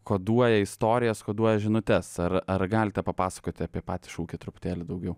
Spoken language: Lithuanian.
koduoja istorijas koduoja žinutes ar ar galite papasakoti apie patį šūkį truputėlį daugiau